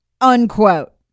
Unquote